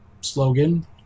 slogan